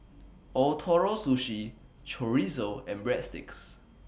Ootoro Sushi Chorizo and Breadsticks